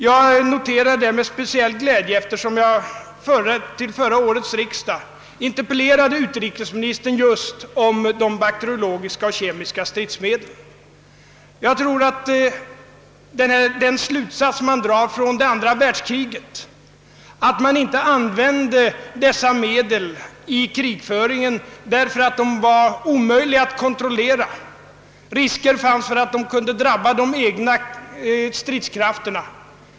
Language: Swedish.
Jag noterade detta med speciell glädje, eftersom jag vid förra årets riksdag interpellerade utrikesministern just om Under det andra världskriget använde man inte dessa medel i krigföringen därför att de var omöjliga att kontrollera — risker fanns att de skulle drabba även de egna stridskrafterna.